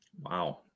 Wow